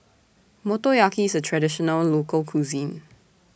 Motoyaki IS A Traditional Local Cuisine